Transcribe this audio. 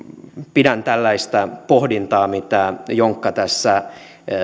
pidän tällaista pohdintaa mitä jonkka tässä